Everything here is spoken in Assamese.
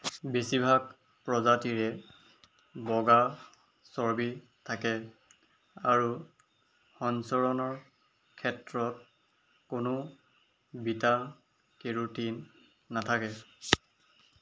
বেছিভাগ প্ৰজাতিৰে বগা চৰ্বি থাকে আৰু সঞ্চৰণৰ ক্ষেত্ৰত কোনো বিটা কেৰোটিন নাথাকে